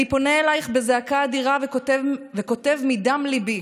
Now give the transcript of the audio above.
אני פונה אלייך בזעקה אדירה וכותב מדם ליבי.